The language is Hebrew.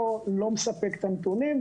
לא מספק את הנתונים,